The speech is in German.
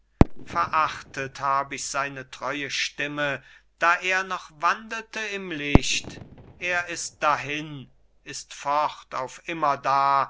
verachtet hab ich seine treue stimme da er noch wandelte im licht er ist dahin ist fort auf immerdar